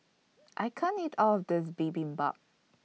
I can't eat All of This Bibimbap